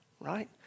Right